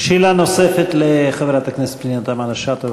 שאלה נוספת לחברת הכנסת פנינה תמנו-שטה.